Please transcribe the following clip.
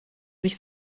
sich